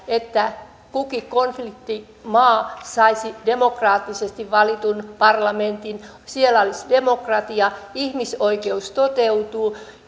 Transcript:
että kukin konfliktimaa saisi demokraattisesti valitun parlamentin siellä olisi demokratia ihmisoikeus